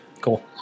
Cool